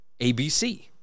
ABC